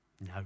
No